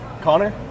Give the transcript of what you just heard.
Connor